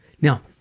Now